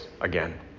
again